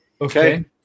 Okay